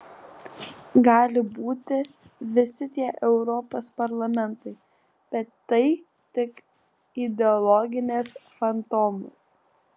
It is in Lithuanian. gali būti visi tie europos parlamentai bet tai tik ideologinis fantomas